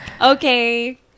okay